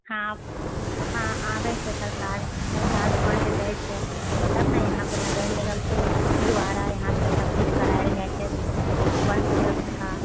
हाँ हाँ आबए छै सरकार सरकार फण्ड दए छै तब ने यहाँ पर नगर निगमके द्वारा यहाँ पर सबचीज कराएल जाइत छै वन सुरक्षा